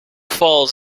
falls